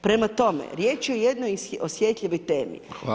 Prema tome, riječ je o jednoj osjetljivoj temi